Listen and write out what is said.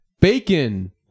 bacon